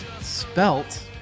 spelt